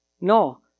No